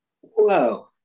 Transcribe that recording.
whoa